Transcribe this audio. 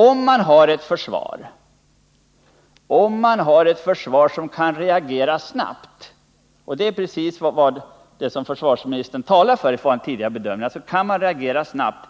Om man har ett försvar som kan reagera snabbt — och det är precis det som försvarsministern talar för i förhållande till en tidigare bedömning